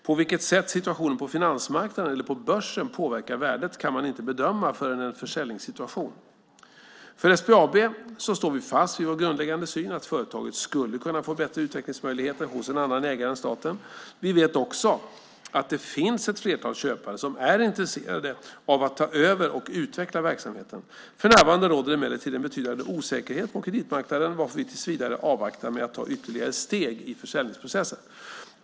På vilket sätt situationen på finansmarknaderna eller på börsen påverkar värdet kan man inte bedöma förrän i en försäljningssituation. För SBAB står vi fast vid vår grundläggande syn att företaget skulle kunna få bättre utvecklingsmöjligheter hos en annan ägare än staten. Vi vet också att det finns ett flertal köpare som är intresserade av att ta över och utveckla verksamheten. För närvarande råder emellertid en betydande osäkerhet på kreditmarknaden varför vi tills vidare avvaktar med att ta ytterligare steg i försäljningsprocessen.